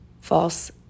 false